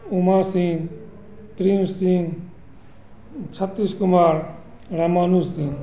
ऊमा Singh Prince Singh छत्तीस कुमार रमानुज सिंह